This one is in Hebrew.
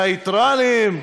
נייטרליים?